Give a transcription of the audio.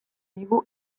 digu